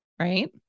right